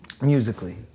musically